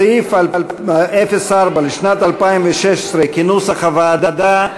סעיף 04 לשנת 2016, כנוסח הוועדה,